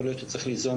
יכול להיות שצריך ליזום,